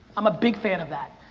i'm a big fan of that.